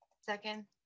Second